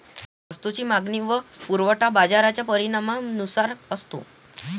वस्तूची मागणी व पुरवठा बाजाराच्या परिणामानुसार असतो